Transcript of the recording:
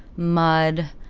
mud,